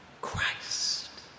Christ